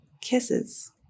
kisses